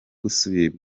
gusubira